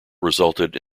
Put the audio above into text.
resulted